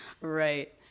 Right